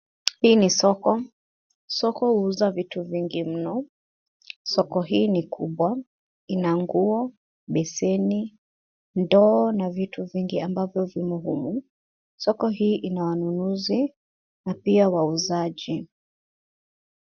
Hii ni soko. Soko huuza vitu vingi mno. Soko hii ni kubwa. Ina nguo, beseni, ndoo na vitu vingine ambavyo vimo humu. Soko hii ina wanunuzi na pia wauzaji.